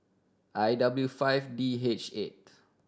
I W five D H eight